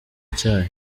cyayo